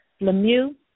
Lemieux